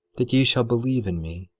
that ye shall believe in me,